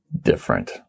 different